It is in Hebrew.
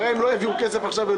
הרי הם לא העבירו כסף עכשיו,